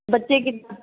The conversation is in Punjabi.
ਬੱਚੇ ਕਿੱਦਾਂ